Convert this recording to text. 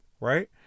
right